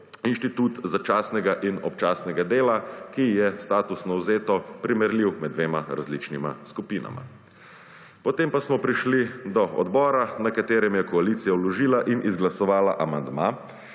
inštitut začasnega in občasnega dela, ki je statusno vzeto primerljiv med dvema različnima skupinama, potem pa smo prišli do odbora na katerem je koalicija vložila in izglasovala amandma,